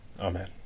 Amen